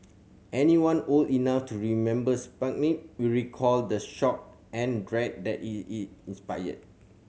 anyone old enough to remember Sputnik will recall the shock and dread that it it inspired